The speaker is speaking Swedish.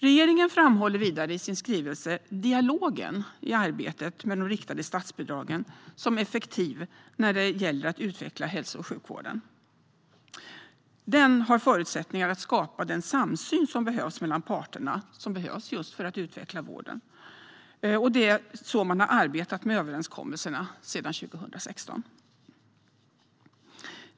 Regeringen framhåller vidare i sin skrivelse dialogen i arbetet med de riktade statsbidragen som effektiv när det gäller att utveckla hälso och sjukvården. Den har förutsättningar att skapa den samsyn som behövs mellan parterna just för att utveckla vården. Det är så man har arbetat med överenskommelserna sedan 2016.